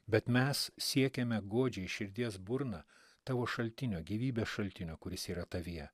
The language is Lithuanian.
bet mes siekiame godžiai širdies burna tavo šaltinio gyvybės šaltinio kuris yra tavyje